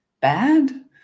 bad